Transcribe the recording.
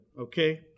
okay